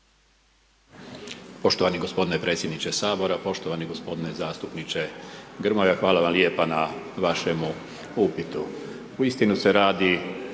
Poštovani g. predsjedniče Sabora, poštovani g. zastupniče Grmoja hvala vam lijepa na vašemu upitu. Uistinu se radi